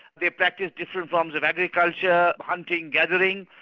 they practice different forms of agriculture, hunting, gathering,